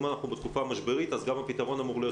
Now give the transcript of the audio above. אם אנחנו בתקופה משברית אז גם הפתרון אמור להיות